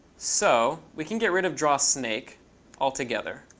so we can get rid of draw snake altogether.